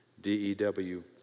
D-E-W